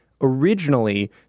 Originally